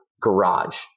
garage